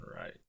right